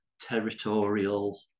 territorial